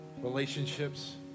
relationships